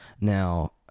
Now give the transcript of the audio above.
Now